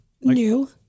new